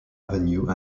avenue